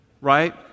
right